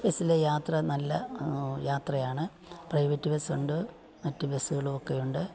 ബസ്സിലെ യാത്ര നല്ല യാത്രയാണ് പ്രൈവറ്റ് ബസ്സുണ്ട് മറ്റ് ബസ്സുകളൊക്കെയുണ്ട്